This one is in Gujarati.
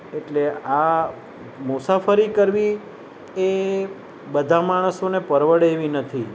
એટલે આ મુસાફરી કરવી એ બધા માણસોને પરવડે એવી નથી